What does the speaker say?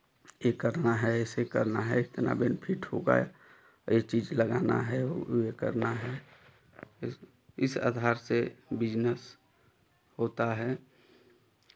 ये करना है ऐसे करना है इतना बेनिफिट होगा ये चीज़ लगाना है वो ये करना है इस इस आधार से बिज़नेस होता है